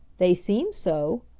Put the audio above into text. they seem so,